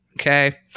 okay